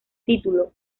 título